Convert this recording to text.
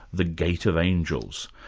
the gate of angels.